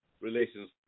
relations